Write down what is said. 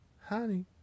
Honey